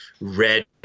red